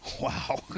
Wow